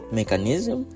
mechanism